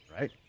Right